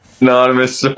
Anonymous